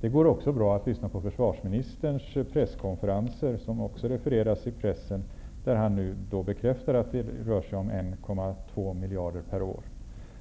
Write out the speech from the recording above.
Det går också bra att lyssna på försvarsministerns presskonferenser, vilka också refereras i pressen. Han har nu bekräftat att beparingen rör sig om 1,2 miljarder per år.